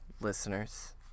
listeners